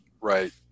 Right